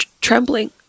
trembling